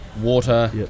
water